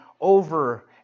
over